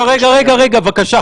רגע, רגע, רגע, בבקשה.